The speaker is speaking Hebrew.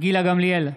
גילה גמליאל,